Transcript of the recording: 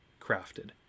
crafted